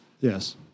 Yes